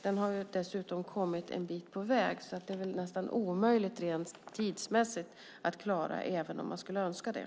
Den har dessutom kommit en bit på väg, så det är väl nästan omöjligt rent tidsmässigt att klara även om man skulle önska det.